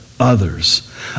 Others